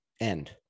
end